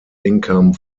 income